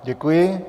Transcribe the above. Děkuji.